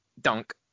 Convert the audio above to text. dunk